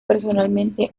personalmente